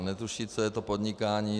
Netuší, co je to podnikání.